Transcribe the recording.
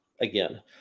Again